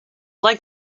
leg